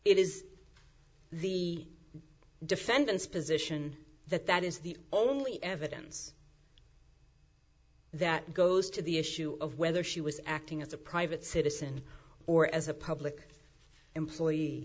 is the defendant's position that that is the only evidence that goes to the issue of whether she was acting as a private citizen or as a public employee